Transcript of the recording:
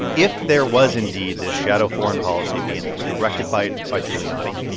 if there was indeed this shadow foreign policy being directed by by giuliani,